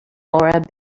laura